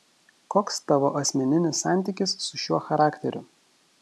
koks tavo asmeninis santykis su šiuo charakteriu